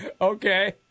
Okay